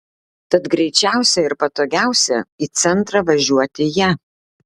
tad greičiausia ir patogiausia į centrą važiuoti ja